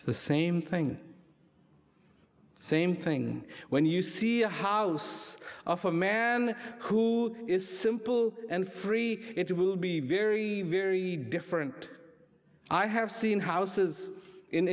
limited the same thing same thing when you see a house of a man who is simple and free it will be very very different i have seen houses in